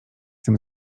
tym